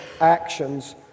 actions